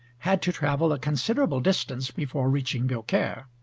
had to travel a considerable distance before reaching biaucaire.